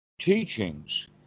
teachings